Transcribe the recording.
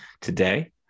today